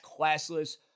classless